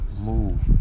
move